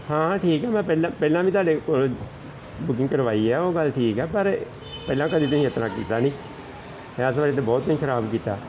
ਹਾਂ ਠੀਕ ਆ ਮੈਂ ਪਹਿਲਾਂ ਪਹਿਲਾਂ ਵੀ ਤੁਹਾਡੇ ਕੋਲ ਬੁਕਿੰਗ ਕਰਵਾਈ ਆ ਉਹ ਗੱਲ ਠੀਕ ਆ ਪਰ ਪਹਿਲਾਂ ਕਦੇ ਤੁਸੀਂ ਇਸ ਤਰ੍ਹਾਂ ਕੀਤਾ ਨਹੀਂ ਇਸ ਵੇਲੇ ਤਾਂ ਬਹੁਤ ਹੀ ਖਰਾਬ ਕੀਤਾ